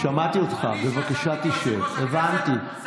כשישבתי בכיסא יושב-ראש הכנסת,